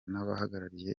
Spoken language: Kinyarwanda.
n’abahagarariye